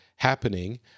happening